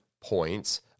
points